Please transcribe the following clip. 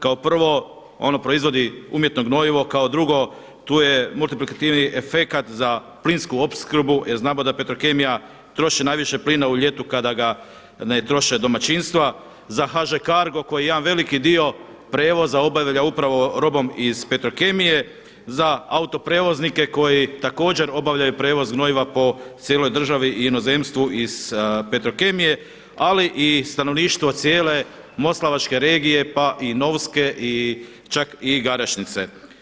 Kao prvo, ono proizvodi umjetno gnojivo, kao drugo, tu je multiplikativni efekat za plinsku opskrbu jer znamo da Petrokemija troši najviše plina u ljetu kada ga ne troše domaćinstva, za HŽ Cargo koji jedan veliki dio prijevoza obavlja upravo robom iz Petrokemije, za autoprijevoznike koji također obavljaju prijevoz gnojiva po cijeloj državi i inozemstvu iz Petrokemije, ali i stanovništvo cijele moslavačke regije pa i Novske, čak i Garešnice.